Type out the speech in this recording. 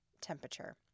temperature